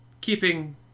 keeping